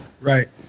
Right